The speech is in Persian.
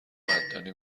قدردانی